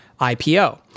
IPO